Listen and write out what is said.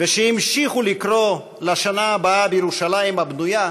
שהמשיכו לקרוא "לשנה הבאה בירושלים הבנויה",